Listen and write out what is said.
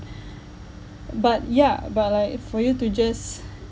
but ya but like for you to just